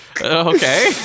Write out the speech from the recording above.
Okay